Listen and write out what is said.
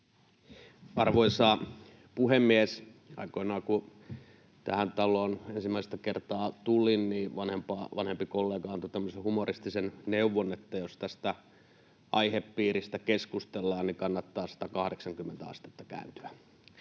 Arvoisa puhemies! Aikoinaan, kun tähän taloon ensimmäistä kertaa tulin, niin vanhempi kollega antoi tämmöisen humoristisen neuvon, että jos tästä aihepiiristä keskustellaan, niin kannattaa kääntyä